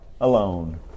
alone